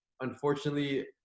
unfortunately